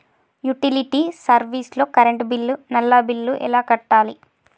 Utility service లో current bill, నల్లా bill ఎలా కట్టాలి?